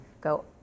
go